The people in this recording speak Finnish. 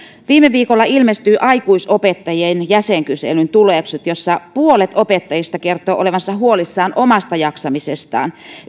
viime viikolla ilmestyivät aikuisopettajien jäsenkyselyn tulokset joissa puolet opettajista kertoi olevansa huolissaan omasta jaksamisestaan